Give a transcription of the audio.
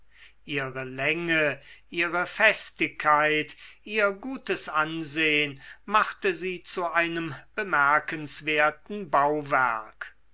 ihre länge ihre festigkeit ihr gutes ansehen machte sie zu einem bemerkenswerten bauwerk